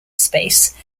space